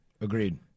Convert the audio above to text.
agreed